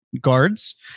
guards